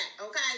okay